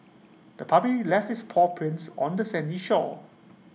the puppy left its paw prints on the sandy shore